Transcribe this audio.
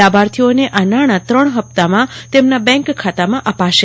લાભાર્થીઓને આ નાણા ત્રણ હપ્તામાં તેમના બેંક ખાતામાં અપાશે